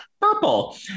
purple